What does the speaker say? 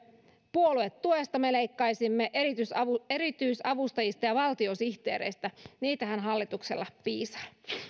puoluetuesta me leikkaisimme erityisavustajista ja valtiosihteereistä niitähän hallituksella piisaa